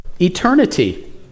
eternity